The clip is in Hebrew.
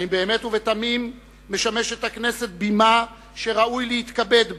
האם באמת ובתמים משמשת הכנסת בימה שראוי להתכבד בה?